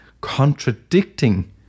contradicting